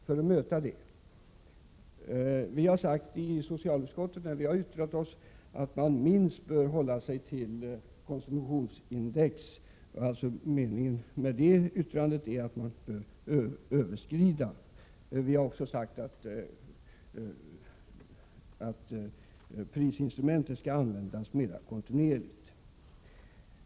Vi i socialutskottet har yttrat oss i denna fråga till skatteutskottet och sagt att man minst bör hålla sig till konsumtionsindex, dvs. att man kan överskrida detta. Vi har också sagt att prisinstrumentet skall användas mera kontinuerligt.